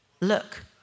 Look